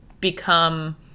become